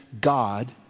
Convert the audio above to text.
God